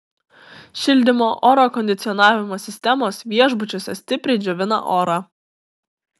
šildymo oro kondicionavimo sistemos viešbučiuose stipriai džiovina orą